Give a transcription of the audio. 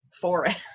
forest